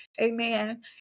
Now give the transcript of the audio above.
amen